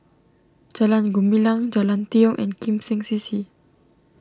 Jalan Gumilang Jalan Tiong and Kim Seng C C